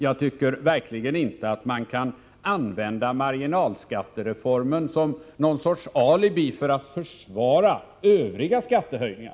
Jag tycker verkligen inte att man kan använda marginalskattereformen som någon sorts alibi för att försvara övriga skattehöjningar.